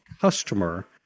customer